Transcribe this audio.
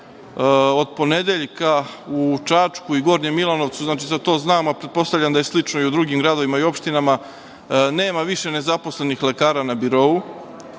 od ponedeljka, u Čačku i Gornjem Milanovcu, znači za to znam, a pretpostavljam da je slično i u drugim gradovima i opštinama, nema više nezaposlenih lekara na birou,